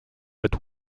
but